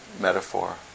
metaphor